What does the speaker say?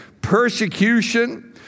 persecution